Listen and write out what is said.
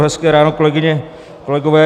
Hezké ráno, kolegyně, kolegové.